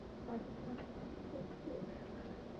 fun fun fun look look